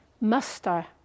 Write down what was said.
muster